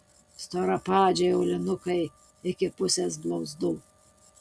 storapadžiai aulinukai iki pusės blauzdų